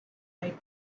right